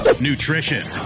nutrition